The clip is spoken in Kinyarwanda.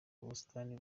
ubusitani